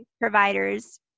providers